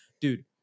dude